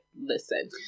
listen